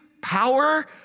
power